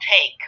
take